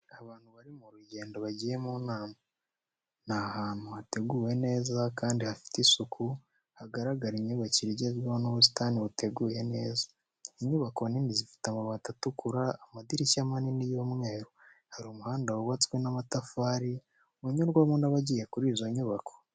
Abantu bari mu rugendo bagiye mu nama. Ni ahantu hateguwe neza kandi hafite isuku, hagaragara imyubakire igezweho n’ubusitani buteguye neza. Inyubako nini zifite amabati atukura, amadirishya manini y'umweru. Hari umuhanda wubatswe n’amatafari, unyurwamo n'abagiye kuri izo nyubako.